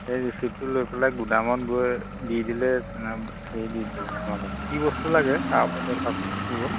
সেই ৰিচিপ্টটো লৈ পেলাই গোদামত গৈ দি দিলে হেৰি দি আপোনাল কি বস্তু লাগে তাৰ দিব